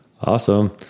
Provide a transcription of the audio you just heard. awesome